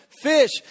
fish